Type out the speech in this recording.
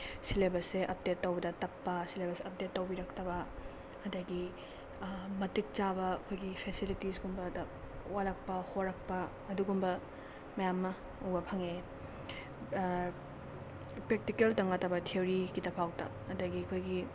ꯁꯦꯂꯦꯕꯁꯁꯦ update ꯇꯧꯕꯗ ꯇꯞꯄ ꯁꯦꯂꯦꯕꯁꯁꯦ ꯑꯞꯗꯦꯠ ꯇꯧꯕꯤꯔꯛꯇꯕ ꯑꯗꯒꯤ ꯃꯇꯤꯛ ꯆꯥꯕ ꯑꯩꯈꯣꯏꯒꯤ ꯐꯦꯁꯤꯂꯤꯇꯤꯁ ꯀꯨꯝꯕꯗ ꯋꯥꯠꯂꯛꯄ ꯍꯣꯔꯛꯄ ꯑꯗꯨꯒꯨꯝꯕ ꯃꯌꯥꯝ ꯑꯃ ꯎꯕ ꯐꯪꯉꯦ ꯄ꯭ꯔꯦꯛꯇꯤꯀꯦꯜꯇꯪ ꯅꯠꯇꯕ ꯊꯤꯑꯣꯔꯤꯒꯤꯗ ꯐꯥꯎꯗ ꯑꯗꯒꯤ ꯑꯩꯈꯣꯏꯒꯤ